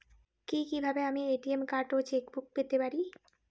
কি কিভাবে আমি এ.টি.এম কার্ড ও চেক বুক পেতে পারি?